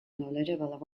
knowledgeable